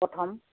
প্ৰথম